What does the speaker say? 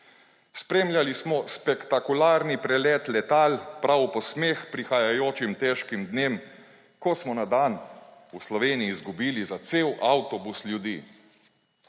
Spremljali smo spektakularni prelet letal, prav v posmeh prihajajočim težkim dnem, ko smo na dan v Sloveniji izgubili za cel avtobus ljudi.